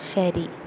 ശരി